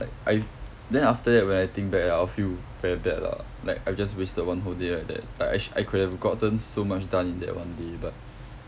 like I then after that when I think back I'll feel very bad lah like I've just wasted one whole day like that like I sh~ I could've gotten so much done in that one day but